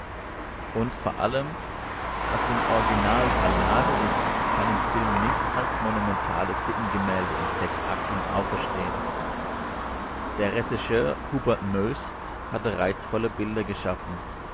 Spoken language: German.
und vor allem was im original ballade ist kann im film nicht als monumentales sittengemälde in akten auferstehen der regisseur hubert moest hatte reizvolle bilder geschaffen